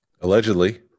Allegedly